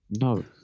No